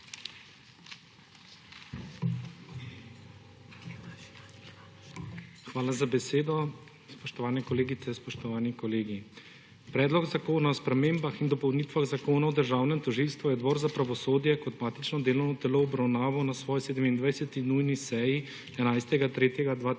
Hvala za besedo. Spoštovane kolegice, spoštovani kolegi! Predlog zakona o spremembah in dopolnitvah Zakona o državnem tožilstvu je Odbor za pravosodje kot matično delovno telo obravnaval na svoji 27. nujni seji 11. 3. 2021.